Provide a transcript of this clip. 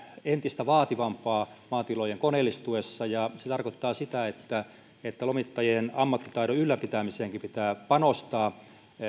entistä vaativampaa maatilojen koneellistuessa ja se tarkoittaa sitä että että lomittajien ammattitaidon ylläpitämiseenkin pitää panostaa